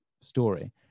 story